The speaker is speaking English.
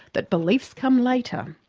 that beliefs come later.